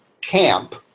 camp